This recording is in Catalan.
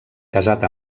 casat